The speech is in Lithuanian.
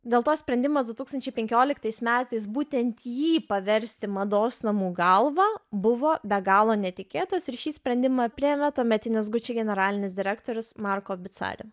dėl to sprendimas du tūkstančiai penkioliktais metais būtent jį paversti mados namų galva buvo be galo netikėtas ir šį sprendimą priėmė tuometinis gucci generalinis direktorius marko bicari